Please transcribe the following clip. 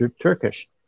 Turkish